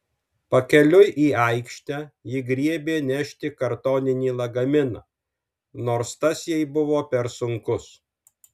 pakeliui į aikštę ji griebė nešti kartoninį lagaminą nors tas jai buvo per sunkus